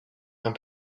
and